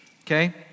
okay